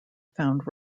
found